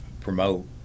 promote